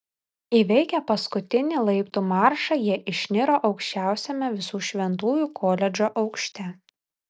įveikę paskutinį laiptų maršą jie išniro aukščiausiame visų šventųjų koledžo aukšte